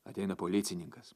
ateina policininkas